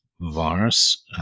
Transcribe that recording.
virus